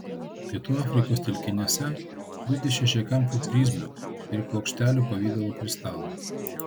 pietų afrikos telkiniuose glūdi šešiakampių prizmių ir plokštelių pavidalo kristalų